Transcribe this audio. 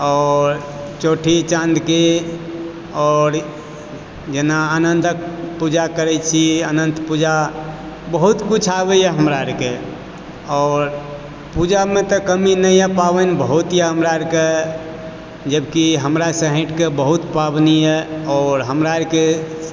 आओर चौठी चाँदके आओर जेना आनन्दक पूजा करय छी अनन्त पूजा बहुत कुछ आबयए हमरा आरके आओर पूजामऽ तऽ कमी नहिए पाबनि बहुतए हमरा आरकेँ जबकि हमरासँ हटिकऽ बहुत पाबनिए आओर हमरा आरके